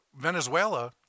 Venezuela